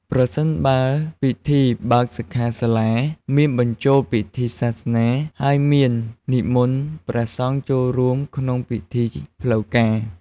ប្រសិនបើពិធីបើកសិក្ខាសាលាមានបញ្ចូលពិធីសាសនា ហើយមាននិមន្តព្រះសង្ឃចូលរួមក្នុងពិធីផ្លូវការ។